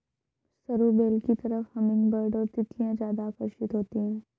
सरू बेल की तरफ हमिंगबर्ड और तितलियां ज्यादा आकर्षित होती हैं